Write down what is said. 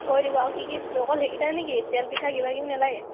কৈ দিব আৰু কি কি অকল সেইকেইটাইনে কি তেলপিঠা কিবাকিবি নালাগে